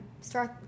start